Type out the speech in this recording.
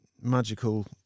magical